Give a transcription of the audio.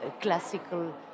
classical